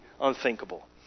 unthinkable